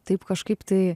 taip kažkaip tai